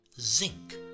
zinc